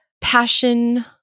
passion